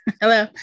Hello